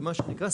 במה שנקרא,